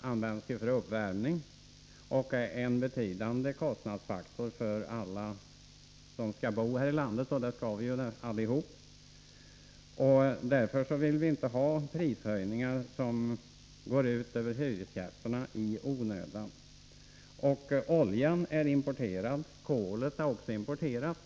används för uppvärmning och utgör en betydande kostnadsfaktor för alla som skall bo här i landet — och det skall vi ju alla. Därför vill vi inte ha prishöjningar som går ut över hyresgästerna i onödan. Oljan är importerad, kolet är också importerat.